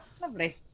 lovely